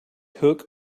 hook